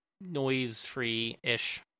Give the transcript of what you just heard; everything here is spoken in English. noise-free-ish